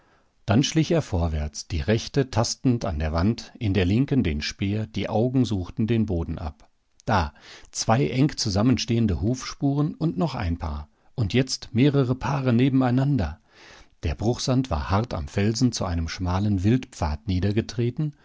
dann schlich er vorwärts die rechte tastend an der wand in der linken den speer die augen suchten den boden ab da zwei eng zusammenstehende hufspuren und noch ein paar und jetzt mehrere paare nebeneinander der bruchsand war hart am felsen zu einem schmalen wildpfad